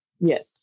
yes